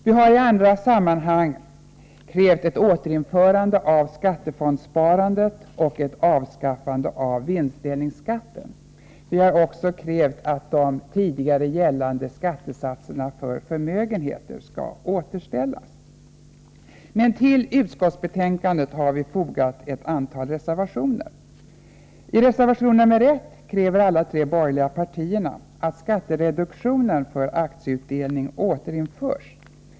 Vi har i andra sammahang krävt ett återinförande av skattefondssparandet och ett avskaffande av vinstdelningsskatten. Vi har också krävt att tidigare gällande skattesatser för förmögenheter skall återställas. Till utskottsbetänkandet har vi fogat ett antal reservationer. I reservation 1 kräver alla de tre borgerliga partierna att skattereduktionen för aktieutdelning återinförs.